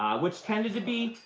which tended to be,